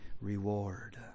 reward